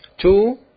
Two